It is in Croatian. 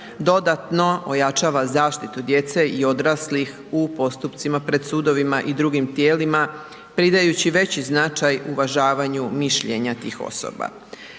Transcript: dodatno ojačava zaštitu djece i odraslih u postupcima pred sudovima i drugim tijelima pridajući veći značaj uvažavanju mišljenja tih osoba.